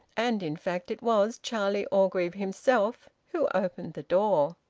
and in fact it was charlie orgreave himself who opened the door.